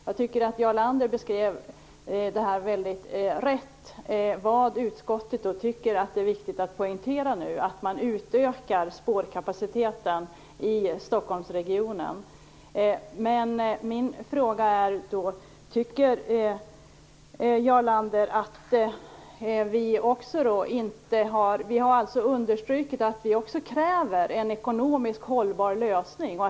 Jag tycker att Jarl Lander på ett mycket riktigt sätt beskrev vad utskottet anser är viktigt att poängtera, nämligen att man utökar spårkapaciteten i Stockholmsregionen. Vi har understrukit att vi också kräver en ekonomiskt hållbar lösning.